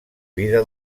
vida